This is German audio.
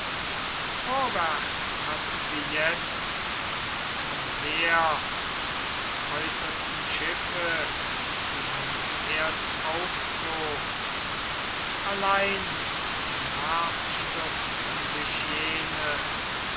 vorwärts hatten sie jetzt und umher die äußersten schiffe die man zuerst aufzog allein nachstürzten sich jene